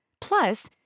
Plus